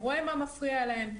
רואה מה מפריע להם.